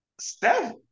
Steph